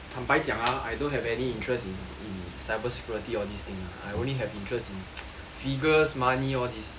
坦白讲啊 I don't have any interest in cybersecurity all these thing I only have interest in figures money all these